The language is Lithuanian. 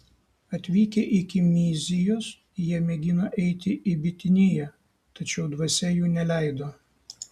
atvykę iki myzijos jie mėgino eiti į bitiniją tačiau dvasia jų neleido